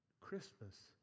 Christmas